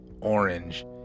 orange